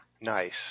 Nice